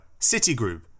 Citigroup